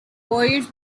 warriors